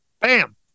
Bam